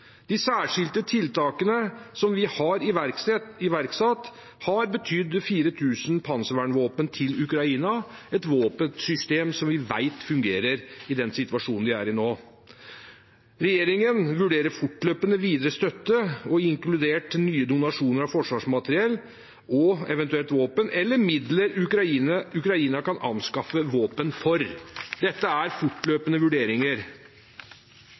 De særskilte tiltakene vi har iverksatt, har betydd 4 000 panservernvåpen til Ukraina, et våpensystem som vi vet fungerer i den situasjonen de er i nå. Regjeringen vurderer fortløpende videre støtte, inkludert nye donasjoner av forsvarsmateriell og eventuelt våpen eller midler Ukraina kan anskaffe våpen for. Dette er fortløpende vurderinger.